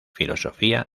filosofía